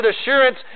assurance